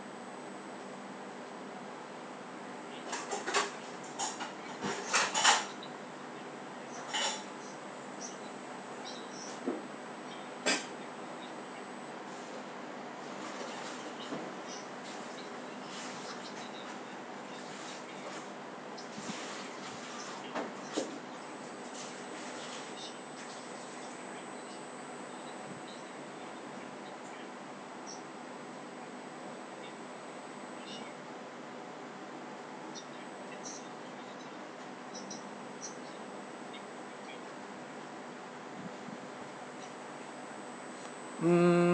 mm